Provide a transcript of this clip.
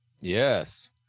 Yes